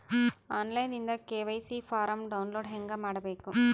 On line ದಿಂದ KYC form download ಹೇಂಗ ಮಾಡಬೇಕು?